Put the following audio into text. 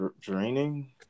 draining